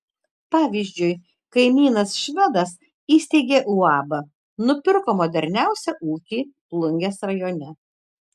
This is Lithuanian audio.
pavyzdžiui kaimynas švedas įsteigė uabą nupirko moderniausią ūkį plungės rajone